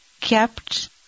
kept